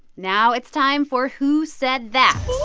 now it's time for who said that